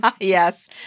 Yes